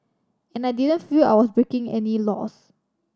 and I didn't feel I was breaking any laws